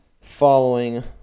following